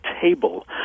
table